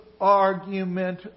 argument